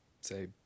say